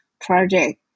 project